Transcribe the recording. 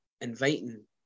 inviting